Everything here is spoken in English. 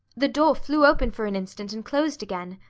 the door flew open for an instant and closed again.